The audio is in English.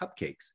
cupcakes